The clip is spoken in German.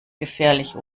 gefährlich